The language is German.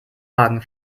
hagen